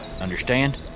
Understand